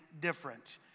different